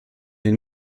den